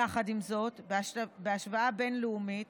יחד עם זאת, בהשוואה בין-לאומית